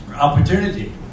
Opportunity